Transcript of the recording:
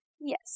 yes